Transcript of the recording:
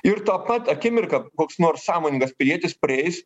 ir tą pat akimirką koks nors sąmoningas pilietis prieis